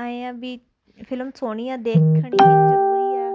ਆਏਂ ਆ ਵੀ ਫਿਲਮ ਸੋਹਣੀ ਆ ਦੇਖਣੀ ਜ਼ਰੂਰੀ ਆ